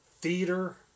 theater